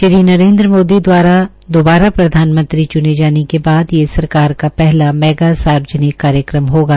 श्री नरेन्द्र मोदी द्वारा दोबारा प्रधानमंत्री च्ने जाने के बाद ये सरकार का पहला मैगा सार्वजनिक कार्यक्रम होगा